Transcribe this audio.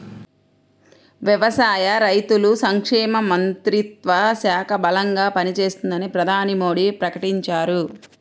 వ్యవసాయ, రైతుల సంక్షేమ మంత్రిత్వ శాఖ బలంగా పనిచేస్తుందని ప్రధాని మోడీ ప్రకటించారు